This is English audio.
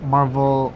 Marvel